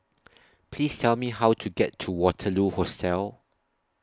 Please Tell Me How to get to Waterloo Hostel